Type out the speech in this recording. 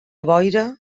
boira